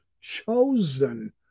chosen